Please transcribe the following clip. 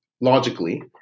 logically